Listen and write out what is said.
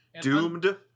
Doomed